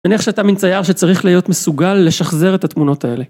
נניח שאתה מין צייר שצריך להיות ‫מסוגל לשחזר את התמונות האלה.